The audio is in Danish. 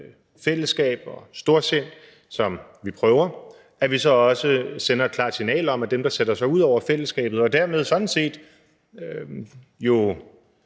fællesskab og storsind, som vi prøver, også sender et klart signal om, at dem, der sætter sig ud over fællesskabet og dermed jo sådan set